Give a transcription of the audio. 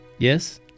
Yes